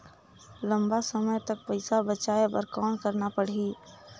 लंबा समय तक पइसा बचाये बर कौन करना पड़ही?